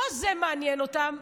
לא זה מעניין אותם.